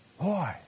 Boy